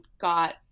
got